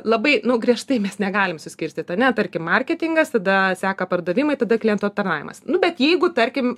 labai griežtai mes negalim suskirstyt ane tarkim marketingas tada seka pardavimai tada klientų aptarnavimas nu bet jeigu tarkim